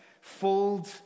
fold